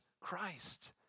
Christ